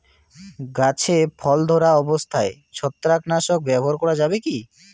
গাছে ফল ধরা অবস্থায় ছত্রাকনাশক ব্যবহার করা যাবে কী?